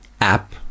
app